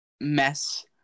mess